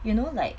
you know like